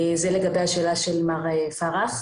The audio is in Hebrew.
זה לגבי השאלה של מר פרח.